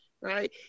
right